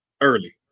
early